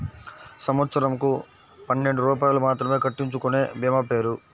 సంవత్సరంకు పన్నెండు రూపాయలు మాత్రమే కట్టించుకొనే భీమా పేరు?